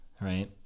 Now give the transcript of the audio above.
right